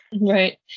right